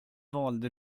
valde